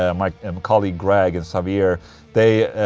ah um like um colleague greg and savir they.